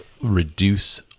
reduce